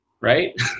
right